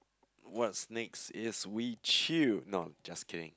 what's next is we chill no just kidding